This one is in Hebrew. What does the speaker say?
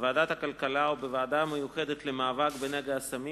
בוועדת הכלכלה ובוועדה המיוחדת למאבק בנגע הסמים